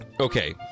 Okay